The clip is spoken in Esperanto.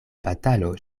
batalo